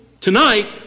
Tonight